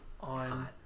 on